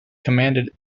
commended